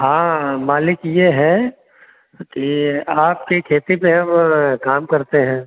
हाँ मालिक ये है कि ये आपकी खेती पर हम काम करते हैं